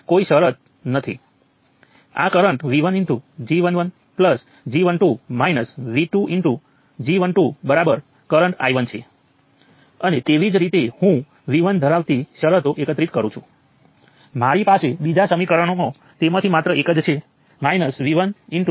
આ સખત જરૂરી નથી તમે ડેસીમલ નંબરો સાથે કામ કરી શકો છો પરંતુ અહીં હું કેલ્ક્યુલેટર વગેરેનો ઉપયોગ કર્યા વિના તે કરવાનો પ્રયાસ કરી રહ્યો છું